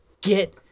get